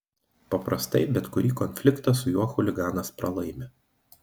paprastai bet kurį konfliktą su juo chuliganas pralaimi